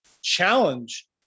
challenge